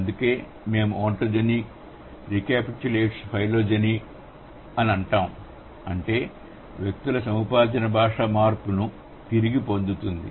అందుకే మేము ఒంటొజెనిని రీక్యాపిటులేట్స్ ఫైలోజెని అనిఅంటాము అంటే వ్యక్తుల సముపార్జన భాషా మార్పును తిరిగి పొందుతుంది